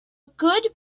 good